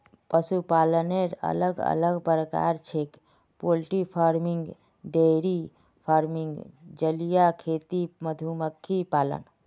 पशुपालनेर अलग अलग प्रकार छेक पोल्ट्री फार्मिंग, डेयरी फार्मिंग, जलीय खेती, मधुमक्खी पालन